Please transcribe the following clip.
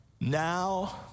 now